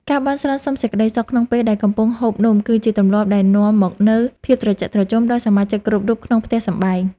ការបន់ស្រន់សុំសេចក្ដីសុខក្នុងពេលដែលកំពុងហូបនំគឺជាទម្លាប់ដែលនាំមកនូវភាពត្រជាក់ត្រជុំដល់សមាជិកគ្រប់រូបក្នុងផ្ទះសម្បែង។